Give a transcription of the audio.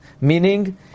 Meaning